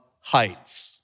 heights